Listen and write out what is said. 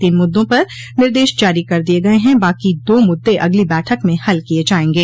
तीन मुद्दों पर निर्देश जारी कर दिये गये हैं बाकी दो मुद्दे अगली बैठक में हल किये जायेंगे